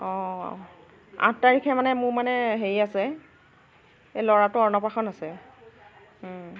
অঁ আঠ তাৰিখে মানে মোৰ মানে হেৰি আছে এ ল'ৰাটোৰ অন্ন প্ৰাশন আছে